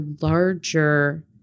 larger